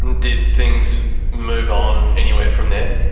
and did things move on anywhere from there?